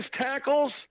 tackles